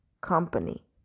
company